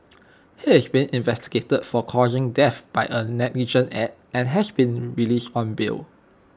he is being investigated for causing death by A negligent act and has been released on bail